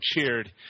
cheered